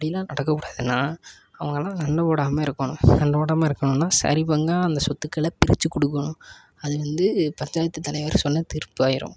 இப்படில்லாம் நடக்கக் கூடாதுன்னால் அவங்கள்லாம் சண்டை போடாமல் இருக்கணும் சண்டை போடாமல் இருக்கணுன்னால் சரி பங்காக அந்த சொத்துக்களை பிரித்து கொடுக்குணும் அது வந்து பஞ்சாயத்துத் தலைவர் சொன்ன தீர்ப்பாயிடும்